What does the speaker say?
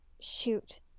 shoot